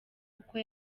kuko